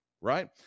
Right